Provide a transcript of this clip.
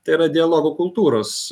tai yra dialogo kultūros